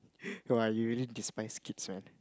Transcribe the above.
!wah! you really despise kids one